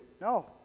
No